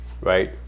right